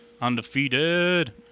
Undefeated